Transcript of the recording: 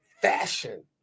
fashion